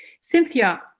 Cynthia